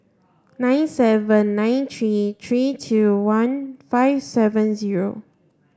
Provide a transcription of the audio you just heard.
nine seven nine three three two one five seven zero